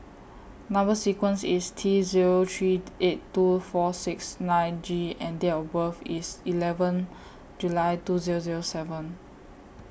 Number sequence IS T Zero three eight two four six nine G and Date of birth IS eleven July two Zero Zero seven